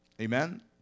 Amen